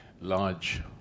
large